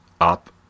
up